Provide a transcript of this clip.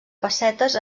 pessetes